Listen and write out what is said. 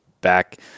back